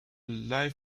live